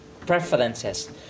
preferences